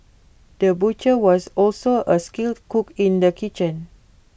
the butcher was also A skilled cook in the kitchen